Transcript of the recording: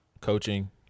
Coaching